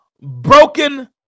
broken